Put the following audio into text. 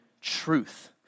truth